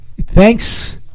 thanks